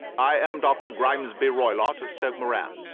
i am dr. grimesby roylott, of stoke moran.